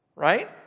Right